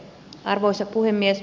arvoisa puhemies